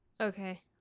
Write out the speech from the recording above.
Okay